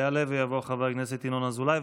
יעלה ויבוא חבר הכנסת ינון אזולאי,